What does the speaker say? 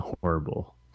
horrible